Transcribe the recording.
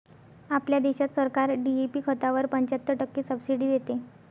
आपल्या देशात सरकार डी.ए.पी खतावर पंच्याहत्तर टक्के सब्सिडी देते